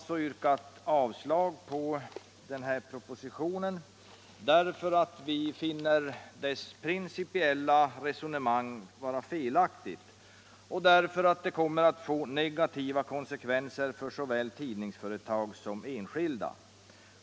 Vi har yrkat avslag på propositionen därför att vi finner dess principiella resonemang vara felaktigt och därför att systemet kommer att få negativa konsekvenser för såväl tidningsföretag som enskilda.